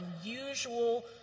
unusual